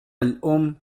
الأم